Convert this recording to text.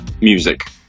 Music